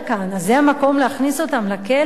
אז זה המקום להכניס אותם לכלא הזה?